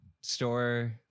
store